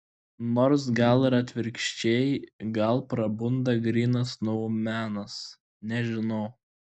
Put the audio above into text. nors gal ir atvirkščiai gal prabunda grynas noumenas nežinau